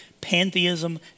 pantheism